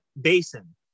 basin